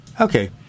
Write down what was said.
Okay